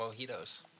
mojitos